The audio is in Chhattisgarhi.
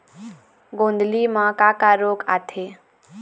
गोंदली म का का रोग आथे?